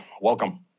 welcome